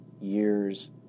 years